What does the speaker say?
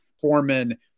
Foreman